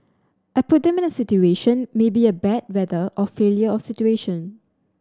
I put them in a situation maybe a bad weather or failure of situation